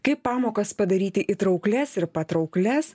kaip pamokas padaryti įtrauklias ir patrauklias